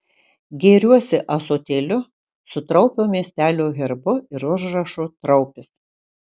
gėriuosi ąsotėliu su traupio miestelio herbu ir užrašu traupis